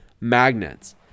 magnets